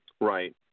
right